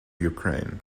ukraine